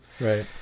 Right